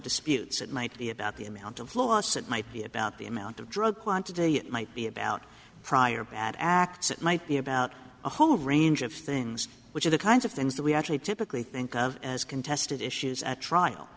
disputes that might be about the amount of loss that might be about the amount of drug quantity it might be about prior bad acts it might be about a whole range of things which are the kinds of things that we actually typically think of as contested issues at trial